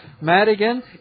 Madigan